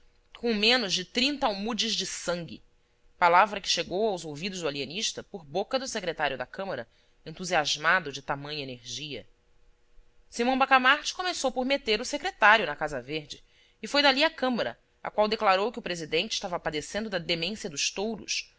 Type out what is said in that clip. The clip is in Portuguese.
com menos de trinta almudes de sangue palavra que chegou aos ouvidos do alienista por boca do secretário da câmara entusiasmado de tamanha energia simão bacamarte começou por meter secretário na casa verde e foi dali à câmara à qual declarou que o presidente estava padecendo da demência dos touros